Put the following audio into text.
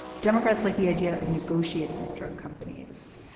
democrats like the idea of negotiating with drug companies.